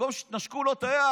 במקום שתנשקו לו את היד,